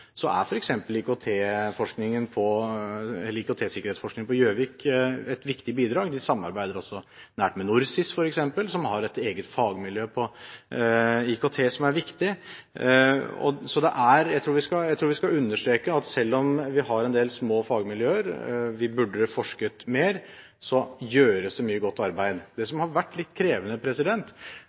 er f.eks. IKT-sikkerhetsforskningen på Gjøvik et viktig bidrag. De samarbeider også nært med f.eks. NorSIS, som har et eget fagmiljø på IKT, som er viktig. Så jeg tror vi skal understreke at selv om vi har en del små fagmiljøer og vi burde forsket mer, gjøres det mye godt arbeid. Det som har vært litt krevende,